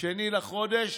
2 בחודש.